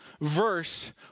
verse